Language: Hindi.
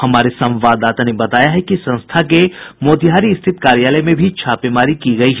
हमारे संवाददाता ने बताया है कि संस्था के मोतिहारी स्थित कार्यालय में भी छापेमारी की गयी